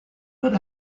but